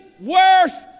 worth